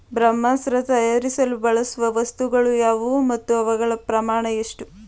ಬ್ರಹ್ಮಾಸ್ತ್ರ ತಯಾರಿಸಲು ಬಳಸುವ ವಸ್ತುಗಳು ಯಾವುವು ಮತ್ತು ಅವುಗಳ ಪ್ರಮಾಣ ಎಷ್ಟು?